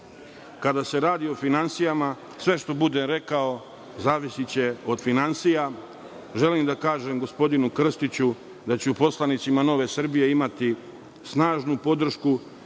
se radi o finansijama, sve što budem rekao, zavisiće od finansija. Želim da kažem gospodinu Krstiću da će u poslanicima NS imati snažnu podršku,